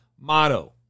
motto